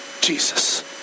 Jesus